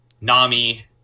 Nami